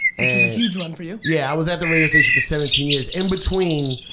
huge run for you. yeah, i was at the radio station for seventeen years. in between,